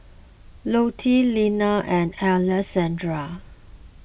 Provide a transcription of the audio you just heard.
Lute Lenna and Alessandra